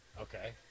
Okay